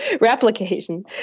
replication